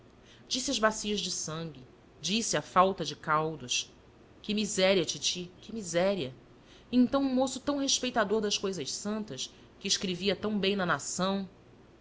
disse as bacias de sangue disse a falta de caldos que miséria titi que miséria e então um moço tão respeitador das cousas santas que escrevia tão bem na nação